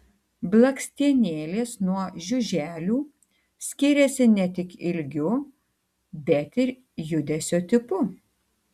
blakstienėlės nuo žiuželių skiriasi ne tik ilgiu bet ir judesio tipu